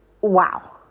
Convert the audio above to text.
wow